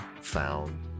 found